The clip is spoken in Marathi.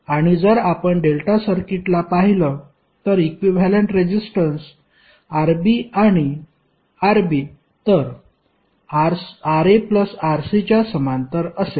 आणि जर आपण डेल्टा सर्किटला पाहिलं तर इक्विव्हॅलेंट रेजिस्टन्स Rb आणि Rb तर RaRc च्या समांतर असेल